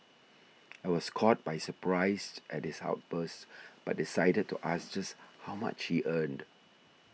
I was caught by surprise at his outburst but decided to ask just how much he earned